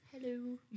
Hello